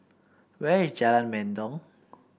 where is Jalan Mendong